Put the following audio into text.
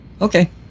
Okay